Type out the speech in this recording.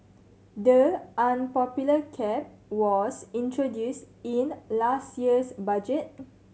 the unpopular cap was introduced in last year's budget